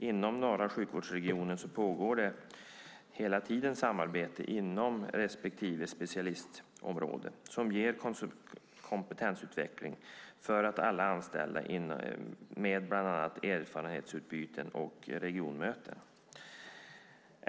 Inom norra sjukvårdsregionen pågår det hela tiden samarbeten inom respektive specialistområde som ger kompetensutveckling för alla anställda med bland annat erfarenhetsutbyten och regionmöten.